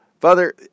Father